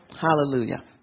Hallelujah